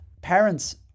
parents